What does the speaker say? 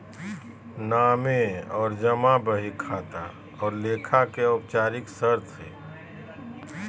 नामे और जमा बही खाता और लेखा के औपचारिक शर्त हइ